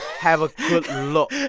have a good look.